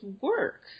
work